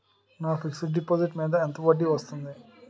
నా fixed deposit మీద ఎంత వడ్డీ వస్తుంది?